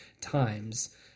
times